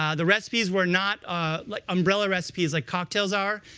um the recipes were not ah like umbrella recipes, like cocktails are,